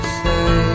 say